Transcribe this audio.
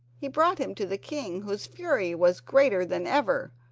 he brought him to the king, whose fury was greater than ever,